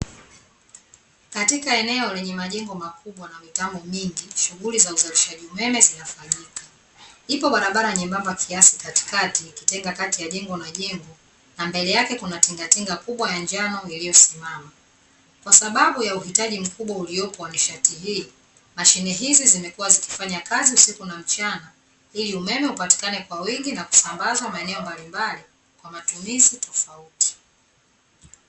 Katika eneo lenye majengo makubwa na mitambo mingi, shughuli za uzalishaji umeme zinafanyika, ipo barabara nyembamba kiasi katikati ikitenga kati ya jengo na jengo na mbele yake kuna tingatinga kubwa ya njano iliyosimama, kwa sababu ya uhitaji mkubwa uliopo wa nishati hii, mashine hizi zimekuwa zikifanya kazi usiku na mchana ili umeme upatikane kwa wingi na kusambazwa maeneo mbalimbali kwa matumizi tofauti.